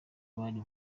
bari